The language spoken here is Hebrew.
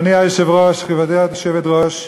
כבוד היושבת-ראש,